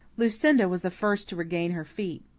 lucinda was the first to regain her feet.